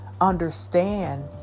understand